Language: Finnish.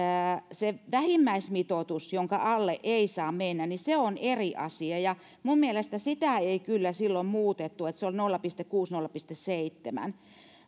se vähimmäismitoitus jonka alle ei saa mennä on eri asia ja minun mielestäni sitä ei kyllä silloin muutettu vaan se on nolla pilkku kuusi viiva nolla pilkku seitsemän